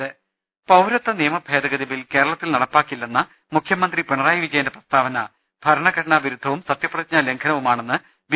രുട്ട്ട്ട്ട്ട്ട്ട്ട പൌരത്വ നിയമഭേദഗതി ബിൽ കേരളത്തിൽ നടപ്പാക്കില്ലെന്ന മുഖ്യമന്ത്രി പിണറായി വിജയന്റെ പ്രസ്താവന ഭരണഘടനാ വിരുദ്ധവും സത്യപ്രതി ജ്ഞാലംഘനവുമാണെന്ന് ബി